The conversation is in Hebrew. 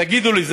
תגידו לי,